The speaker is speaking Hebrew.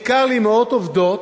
בעיקר לאמהות עובדות,